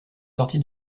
sorti